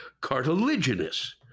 cartilaginous